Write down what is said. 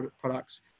products